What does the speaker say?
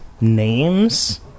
names